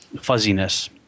fuzziness